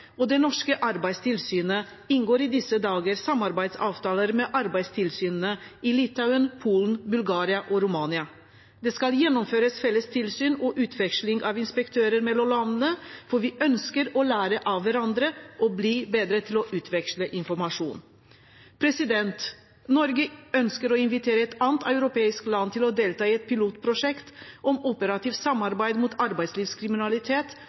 og det norske arbeidstilsynet inngår i disse dager samarbeidsavtaler med arbeidstilsynene i Litauen, Polen, Bulgaria og Romania. Det skal gjennomføres felles tilsyn og utveksling av inspektører mellom landene, for vi ønsker å lære av hverandre og bli bedre til å utveksle informasjon. Norge ønsker å invitere et annet europeisk land til å delta i et pilotprosjekt om operativt samarbeid mot arbeidslivskriminalitet,